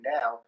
now